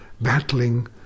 battling